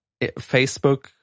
Facebook